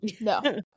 No